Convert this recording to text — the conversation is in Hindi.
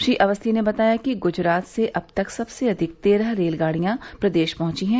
श्री अवस्थी ने बताया कि गुजरात से अब तक सबसे अधिक तेरह रेलगाड़ियां प्रदेश पहुंची हैं